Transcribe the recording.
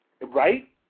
Right